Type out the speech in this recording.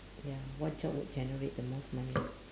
ya what job would generate the most money